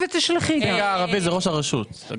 הערבי ראש הרשות.